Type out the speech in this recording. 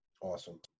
Awesome